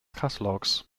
catalogs